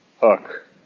hook